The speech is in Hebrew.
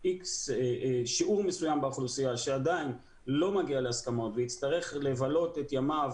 שיעור מסוים באוכלוסייה שלא מגיע להסכמות ויצטרך לבלות את ימיו